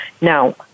Now